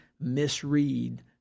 misread